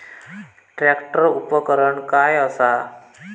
Tractor उपकरण काय असा?